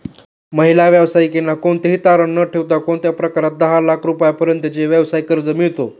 महिला व्यावसायिकांना कोणतेही तारण न ठेवता कोणत्या प्रकारात दहा लाख रुपयांपर्यंतचे व्यवसाय कर्ज मिळतो?